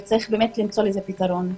ויש למצוא לזה פתרון.